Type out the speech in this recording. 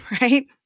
right